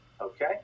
Okay